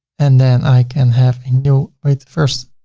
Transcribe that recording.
and then i can have a new. wait. first,